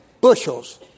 bushels